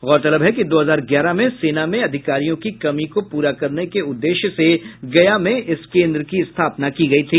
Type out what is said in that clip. गौरतलब है कि दो हजार ग्यारह में सेना में अधिकारियों की कमी को प्ररा करने के उद्देश्य से गया में इस केन्द्र की स्थापना की गयी थी